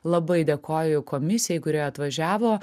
labai dėkoju komisijai kuri atvažiavo